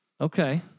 Okay